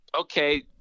Okay